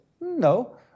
No